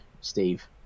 Steve